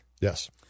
Yes